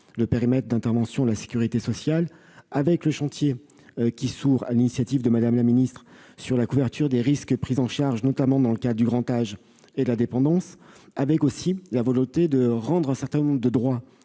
le périmètre d'intervention de la sécurité sociale, avec le chantier qui s'ouvre, sur l'initiative de Mme la ministre, sur la couverture des risques et la prise en charge, notamment dans le cadre du grand âge et de la dépendance. Nous voulons aussi rendre un certain nombre de droits